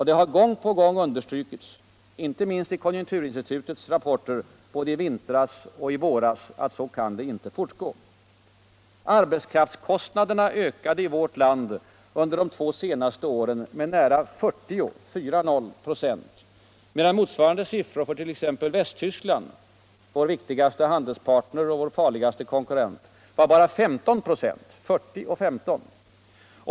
: Det har gång på gång understrukits i olika sammanhang, inte minst i konjunkturinstitutets rapporter både i vintras och i våras, att så kan det inte fortgå. Arbetskraftskostnaderna har i vårt land under de två senaste åren ökat med nära 40 ”. medan motsvarande siffror för t.ex. Västtyskland — vår viktigaslé handelspartner och vår lerligusl_e konkurrent — var bara 15 ”o.